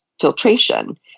filtration